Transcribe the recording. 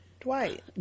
Dwight